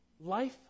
Life